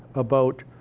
about,